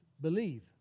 believe